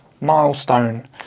milestone